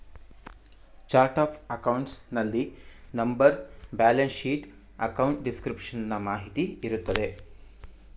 chart of accounts ನಲ್ಲಿ number, balance sheet, account description ನ ಮಾಹಿತಿ ಇರುತ್ತದೆ